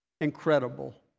incredible